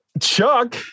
Chuck